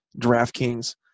DraftKings